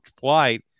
flight